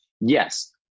Yes